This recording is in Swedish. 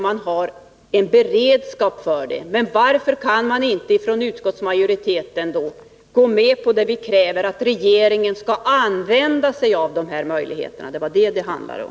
Man har en beredskap för det. Men varför kan då utskottsmajoriteten inte gå med på det som vi kräver, nämligen att regeringen skall använda sig av dessa möjligheter. Det är det som saken handlar om.